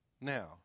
Now